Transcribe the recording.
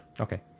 Okay